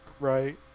Right